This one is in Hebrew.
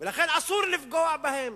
לכן אסור לפגוע בהם.